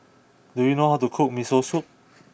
do you know how to cook Miso Soup